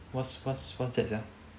what's what's that sia